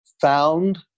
found